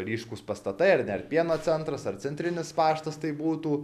ryškūs pastatai ar ne ir pieno centras ar centrinis paštas tai būtų